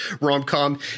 rom-com